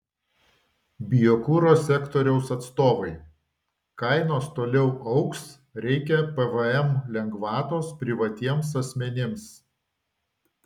biokuro sektoriaus atstovai kainos toliau augs reikia pvm lengvatos privatiems asmenims